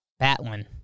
Batlin